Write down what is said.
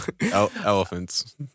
elephants